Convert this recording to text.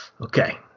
okay